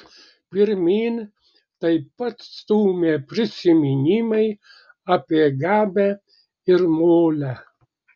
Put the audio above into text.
pirmyn taip pat stūmė prisiminimai apie gabę ir molę